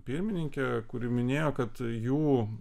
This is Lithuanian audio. pirmininke kuri minėjo kad jų